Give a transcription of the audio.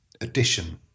addition